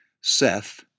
Seth